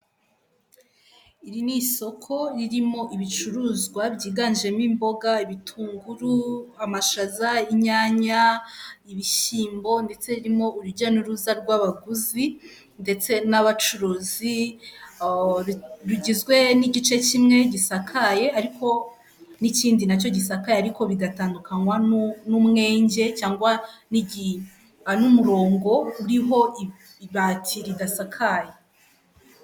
Iri ni isoko ririmo ibicuruzwa byiganjemo imboga, ibitunguru, amashaza, inyanya, ibishyimbo ndetse ririmo urujya n'uruza rw'abaguzi ndetse n'abacuruzi, rugizwe n'igice kimwe gisakaye ariko n'ikindi nacyo gisakaye ariko bigatandukanwa n'umwenge cyangwa n'umurongo uriho ibati ridasakaye.